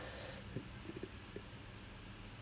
oh you took that [one] ah okay so